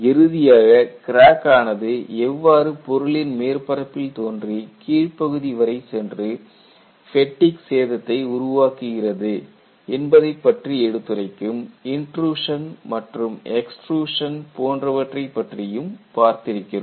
இறுதியாக கிராக் ஆனது எவ்வாறு பொருளின் மேற்பரப்பில் தோன்றி கீழ்ப்பகுதி வரை சென்று ஃபேட்டிக் சேதத்தை உருவாக்குகிறது என்பதைப்பற்றி எடுத்துரைக்கும் இன்ட்ரூஷன் மற்றும் எக்ஸ்ட்ருஷன் போன்றவற்றை பற்றியும் பார்த்திருக்கிறோம்